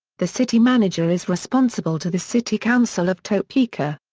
the city manager is responsible to the city council of topeka.